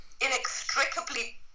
inextricably